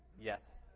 Yes